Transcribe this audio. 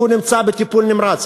הוא נמצא בטיפול נמרץ.